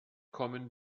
kommen